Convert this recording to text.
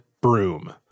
broom